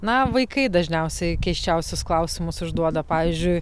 na vaikai dažniausiai keisčiausius klausimus užduoda pavyzdžiui